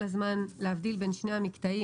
שצריך להבדיל כל הזמן בין שני המקטעים,